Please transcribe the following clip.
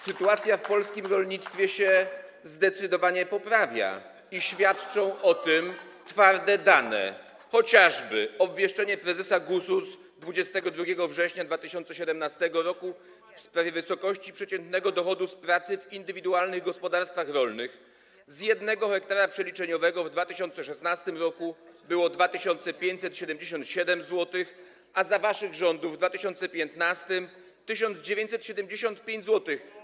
Sytuacja w polskim rolnictwie się zdecydowanie poprawia [[Wesołość na sali]] i świadczą o tym twarde dane, chociażby zawarte w obwieszczeniu prezesa GUS z 22 września 2017 r. w sprawie wysokości przeciętnego dochodu z pracy w indywidualnych gospodarstwach rolnych: z 1 ha przeliczeniowego w 2016 r. było 2577 zł, a za waszych rządów, w 2015 r. - 1975 zł.